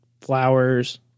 flowers